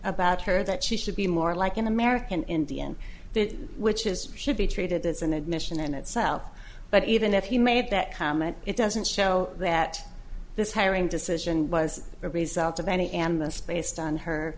about her that she should be more like an american indian which is should be treated as an admission in itself but even if you made that comment it doesn't show that this hiring decision was a result of any and